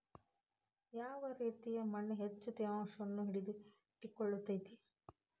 ಯಾವ ರೇತಿಯ ಮಣ್ಣ ಹೆಚ್ಚು ತೇವಾಂಶವನ್ನ ಹಿಡಿದಿಟ್ಟುಕೊಳ್ಳತೈತ್ರಿ?